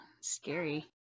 scary